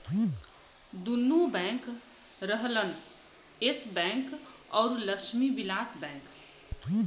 दुन्नो बैंक रहलन Yes Bank अउर लक्ष्मी विलास बैंक